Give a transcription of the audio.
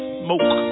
smoke